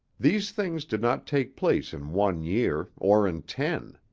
these things did not take place in one year, or in ten.